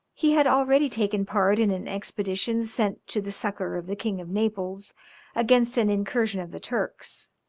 he had already taken part in an expedition sent to the succour of the king of naples against an incursion of the turks,